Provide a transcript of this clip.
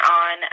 on